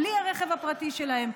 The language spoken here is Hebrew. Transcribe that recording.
בלי הרכב הפרטי שלהם,